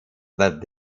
that